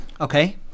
Okay